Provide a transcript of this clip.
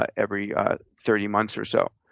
ah every thirty months or so.